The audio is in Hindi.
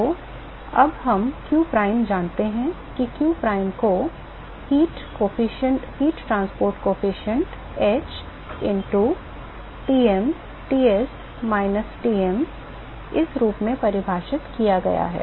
तो अब हम qsprime जानते हैं कि qsprime को ताप परिवहन गुणांक h into to Tm Ts minus Tm इस रूप में परिभाषित किया गया है